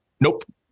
Nope